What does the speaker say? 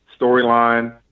storyline